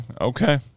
Okay